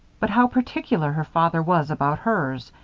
but how particular her father was about hers.